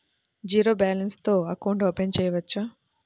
Zero balance తో account open చేయవచ్చు?